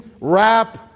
rap